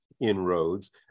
inroads